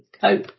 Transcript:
cope